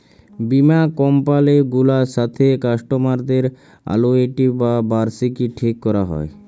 বীমা কমপালি গুলার সাথে কাস্টমারদের আলুইটি বা বার্ষিকী ঠিক ক্যরা হ্যয়